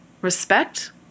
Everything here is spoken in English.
respect